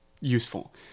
useful